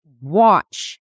watch